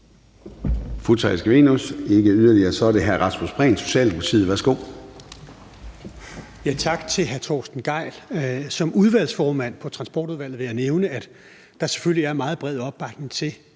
fru Theresa Scavenius. Så er det hr. Rasmus Prehn, Socialdemokratiet. Værsgo. Kl. 13:25 Rasmus Prehn (S): Tak til hr. Torsten Gejl. Som udvalgsformand for Transportudvalget vil jeg nævne, at der selvfølgelig er meget bred opbakning til